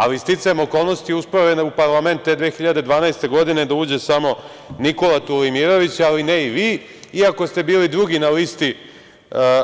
Ali, sticajem okolnosti uspeo je u parlament te 2012. godine da uđe samo Nikola Tulimirović, ali ne i vi, iako ste bili drugi na listi